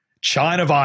China